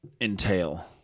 entail